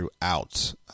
throughout